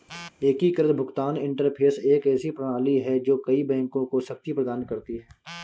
एकीकृत भुगतान इंटरफ़ेस एक ऐसी प्रणाली है जो कई बैंकों को शक्ति प्रदान करती है